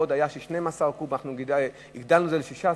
היו 12 קוב ואנחנו הגדלנו את זה ל-16 קוב,